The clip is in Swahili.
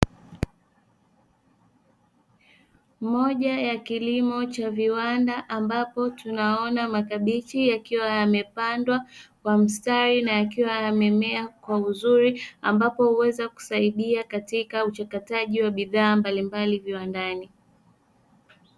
Moja ya kilimo cha viwanda ambapo tunaona makabichi yakiwa yamepandwa kwa mstari na yakiwa yamemea kwa uzuri ambapo huweza kusaidia katika uchakataji wa bidhaa mbalimbali viwandani.